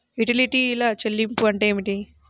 యుటిలిటీల చెల్లింపు అంటే ఏమిటి?